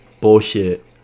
bullshit